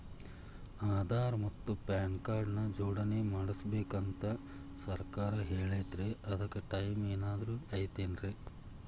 ಆಧಾರ ಮತ್ತ PAN card ನ ಜೋಡಣೆ ಮಾಡ್ಬೇಕು ಅಂತಾ ಸರ್ಕಾರ ಹೇಳೈತ್ರಿ ಅದ್ಕ ಟೈಮ್ ಏನಾರ ಐತೇನ್ರೇ?